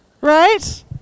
Right